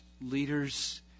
leaders